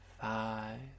Five